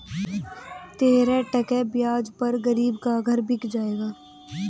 तेरह टका ब्याज पर गरीब का घर बिक जाएगा